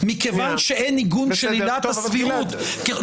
מכיוון שאין עיגון של עילת הסבירות --- בסדר,